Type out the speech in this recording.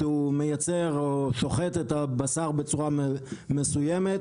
שהוא שוחט את הבשר בצורה מסוימת,